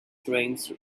trains